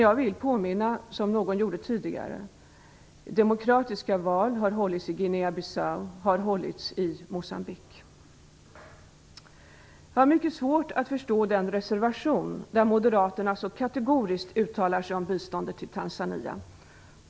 Jag vill påminna om, som någon gjorde tidigare, att demokratiska val har hållits i Guinea Bissau och i Moçambique. Jag har mycket svårt att förstå den reservation där moderaterna så kategoriskt uttalar sig om biståndet till Tanzania.